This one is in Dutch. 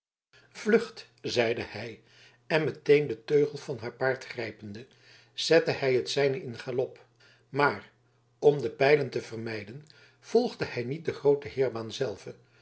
vlucht zeide hij en meteen den teugel van haar paard grijpende zette hij het zijne in galop maar om de pijlen te vermijden volgde hij niet de groote heirbaan zelve